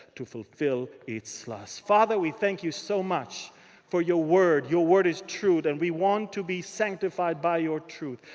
to fulfill its lusts. father, we thank you so much for your word. your word is true and we want to be sanctified by your truth.